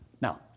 Now